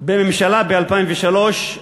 בממשלה ב-2003,